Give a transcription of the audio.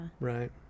Right